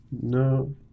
No